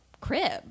crib